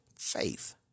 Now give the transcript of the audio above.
Faith